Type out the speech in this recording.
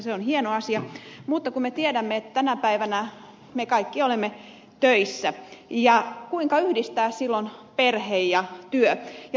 se on hieno asia mutta kun me tiedämme että tänä päivänä me kaikki olemme töissä kuinka yhdistää silloin perhe ja työ